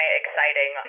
exciting